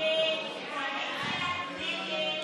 101 מיליון שקל,